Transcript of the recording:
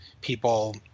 people